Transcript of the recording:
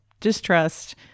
distrust